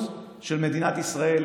בקריאה ראשונה.